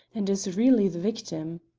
and is really the victim.